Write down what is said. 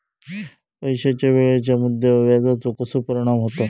पैशाच्या वेळेच्या मुद्द्यावर व्याजाचो कसो परिणाम होता